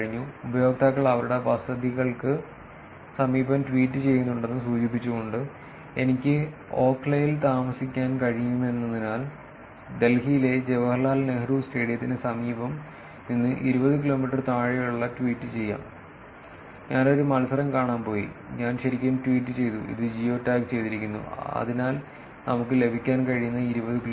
ഉപയോക്താക്കൾ അവരുടെ വസതികൾക്ക് സമീപം ട്വീറ്റ് ചെയ്യുന്നുണ്ടെന്ന് സൂചിപ്പിച്ചുകൊണ്ട് എനിക്ക് ഓഖ്ലയിൽ താമസിക്കാൻ കഴിയുമെന്നതിനാൽ ഡൽഹിയിലെ ജവഹർലാൽ നെഹ്റു സ്റ്റേഡിയത്തിന് സമീപം നിന്ന് 20 കിലോമീറ്ററിൽ താഴെയുള്ള ട്വീറ്റ് ചെയ്യാം ഞാൻ ഒരു മത്സരം കാണാൻ പോയി ഞാൻ ശരിക്കും ട്വീറ്റ് ചെയ്തു ഇത് ജിയോ ടാഗുചെയ്തിരിക്കുന്നു അതിനാൽ നമുക്ക് ലഭിക്കാൻ കഴിയുന്ന 20 കിലോമീറ്റർ